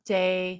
day